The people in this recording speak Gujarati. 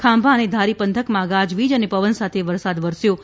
ખાંભા અને ધારી પંથકમાં ગાજવીજ અને પવન સાથે વરસાદ વરસ્યો હતો